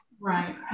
right